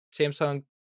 samsung